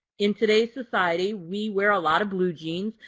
in today's society, we wear a lot of blue jeans,